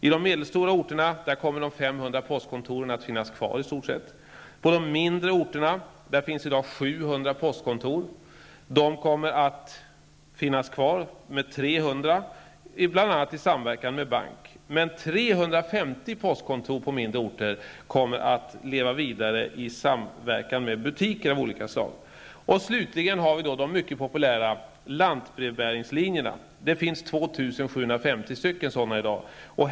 På de medelstora orterna kommer de 500 På de mindre orterna, där det i dag finns 700 postkontor, kommer det att finnas kvar 300 som drivs bl.a. i samverkan med banker. 350 postkontor på mindre orter kommer att leva vidare i samverkan med butiker av olika slag. Slutligen finns det 2 750 lantbrevbärarlinjer, som är mycket populära.